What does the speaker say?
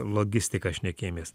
logistiką šnekėjomės